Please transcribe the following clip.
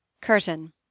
Curtain